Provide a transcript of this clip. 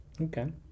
Okay